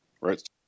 right